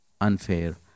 unfair